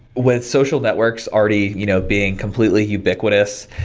with social networks already you know being completely ubiquitous,